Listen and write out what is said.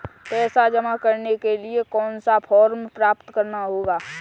पैसा जमा करने के लिए कौन सा फॉर्म प्राप्त करना होगा?